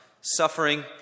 suffering